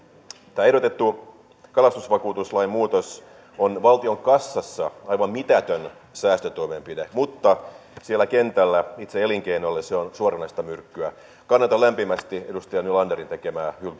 tämä ehdotettu kalastusvakuutuslain muutos on valtion kassassa aivan mitätön säästötoimenpide mutta siellä kentällä itse elinkeinolle se on suoranaista myrkkyä kannatan lämpimästi edustaja nylanderin tekemää